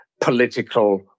political